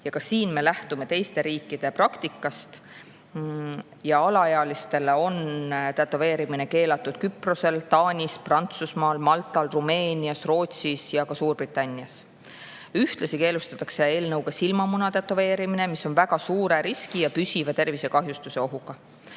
Ka siin me lähtume teiste riikide praktikast. Alaealistele on tätoveerimine keelatud Küprosel, Taanis, Prantsusmaal, Maltal, Rumeenias, Rootsis ja Suurbritannias. Ühtlasi keelustatakse eelnõuga silmamunade tätoveerimine, mis on väga suure riski ja püsiva tervisekahjustuse ohuga.